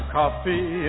coffee